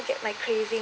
get my craving